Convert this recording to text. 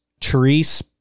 Therese